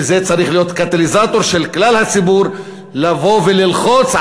וזה צריך להיות קטליזטור של כלל הציבור לבוא וללחוץ,